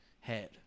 head